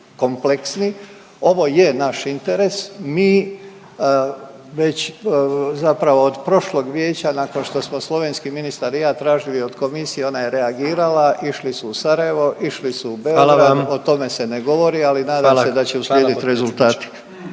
kompleksni. Ovo je naš interes, mi već zapravo od prošlog vijeća, nakon što smo slovenski ministar i ja tražili od Komisije, ona je reagirala, išli su u Sarajevo, išli su u Beograd … .../Upadica: Hvala vam./... o tome se ne govori,